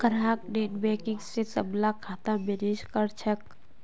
ग्राहक नेटबैंकिंग स सबला खाता मैनेज कर छेक